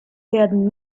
werden